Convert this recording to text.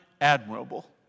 admirable